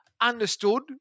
understood